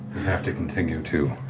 have to continue to